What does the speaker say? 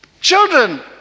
Children